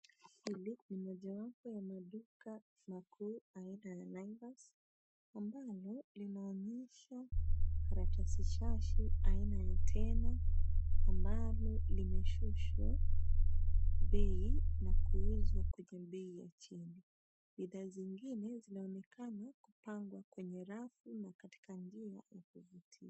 Hili ni mojawapo ya maduka makuu aina ya naivas ambalo linaonyesha karatasi shashi aina ya tena ambalo limeshushwa bei na kuuzwa katika bei ya chini. Bidhaa zingine zinaonekana kupangwa kwenye rafu na katika nguo zinazovutia.